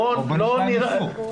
בואו נשמע אם ניסו.